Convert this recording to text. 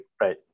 Right